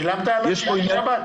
שילמת על שישי-שבת?